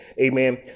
Amen